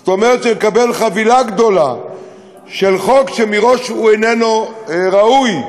זאת אומרת שנקבל חבילה גדולה של חוק שמראש איננו ראוי,